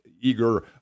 eager